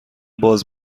باز